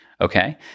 Okay